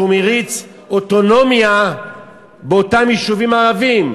שכן הוא מריץ אוטונומיה באותם יישובים ערביים.